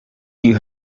you